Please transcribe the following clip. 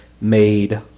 made